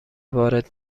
وارد